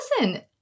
Listen